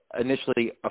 initially